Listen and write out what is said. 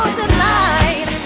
tonight